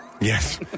Yes